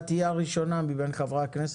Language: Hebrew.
את תהיה הראשונה מבין חברי הכנסת,